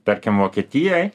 tarkim vokietijoj